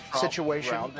situation